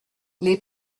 les